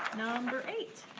number eight.